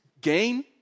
gain